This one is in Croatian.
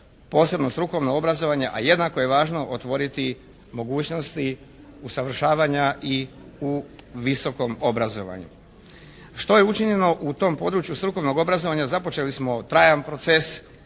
posebno strukovno obrazovanje, a jednako je važno otvoriti mogućnosti usavršavanja i u visokom obrazovanju. Što je učinjeno u tom području strukovnog obrazovanja? Započeli smo trajan proces